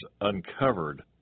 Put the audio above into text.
uncovered